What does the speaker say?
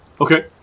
Okay